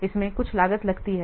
इसमें कुछ लागत लगती है